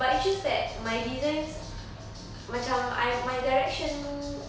but it's just that my designs macam I my direction